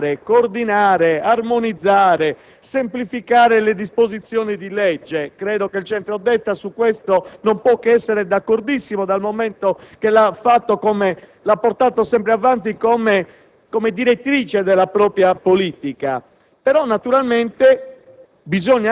Quindi, ripeto, è condivisibile in assoluto lo sforzo di riordinare, coordinare, armonizzare, semplificare le disposizioni di legge, e credo che il centro-destra su questo non possa che essere d'accordissimo, dal momento che l'ha portato sempre avanti come